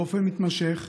באופן מתמשך,